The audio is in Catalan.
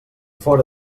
fóra